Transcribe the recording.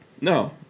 No